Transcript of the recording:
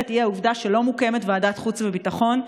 היא העובדה שלא מוקמת ועדת חוץ וביטחון,